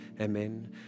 amen